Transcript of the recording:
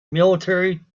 military